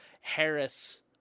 Harris